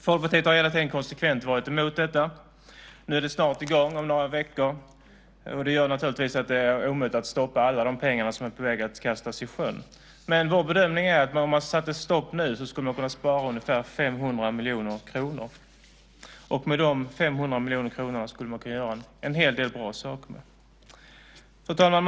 Folkpartiet har hela tiden konsekvent varit emot detta. Nu är det snart i gång, om några veckor. Det gör naturligtvis att det är omöjligt att stoppa alla de pengar som är på väg att kastas i sjön. Men vår bedömning är att om man satte stopp nu skulle man kunna spara ungefär 500 miljoner kronor. Med de 500 miljoner kronorna skulle man kunna göra en hel del bra saker. Fru talman!